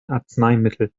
arzneimittel